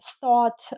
thought